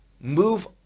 move